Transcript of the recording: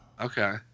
Okay